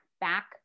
back